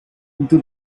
into